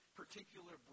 particular